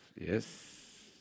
yes